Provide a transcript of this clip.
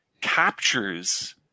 captures